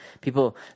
People